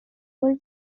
full